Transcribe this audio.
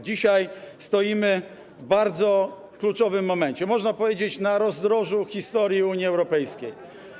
Dzisiaj stoimy w bardzo kluczowym momencie, można powiedzieć, na rozdrożu historii Unii Europejskiej.